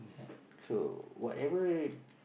so whatever